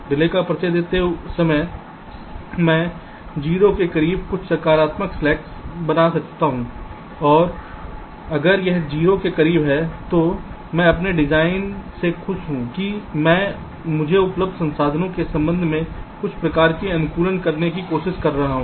delay का परिचय देते हुए मैं 0 के करीब कुछ सकारात्मक स्लैक बना सकता हूं और अगर यह 0 के करीब है तो मैं अपने डिजाइन से खुश हूं कि मैं मुझे उपलब्ध संसाधनों के संबंध में कुछ प्रकार के अनुकूलन करने की कोशिश कर रहा हूं